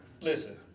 listen